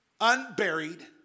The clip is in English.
Unburied